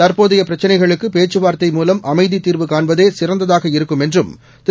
தற்போதைய பிரச்சினைகளுக்கு பேச்சுவார்த்தை மூலம் அமைதி தீர்வு காண்பதே சிறந்ததாக இருக்கும் என்றும் திரு